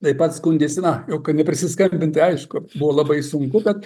taip pat skundėsi na jau kai neprisiskambint tai aišku buvo labai sunku bet